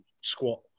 squat